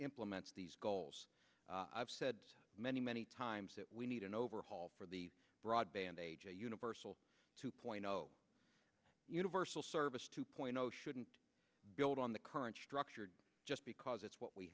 implements these goals i've said many many times that we need an overhaul for the broadband age a universal two point zero universal service two point zero shouldn't build on the current structure just because it's what we